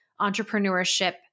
entrepreneurship